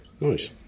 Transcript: Nice